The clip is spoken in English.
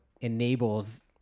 enables